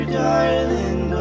darling